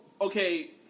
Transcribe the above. Okay